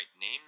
name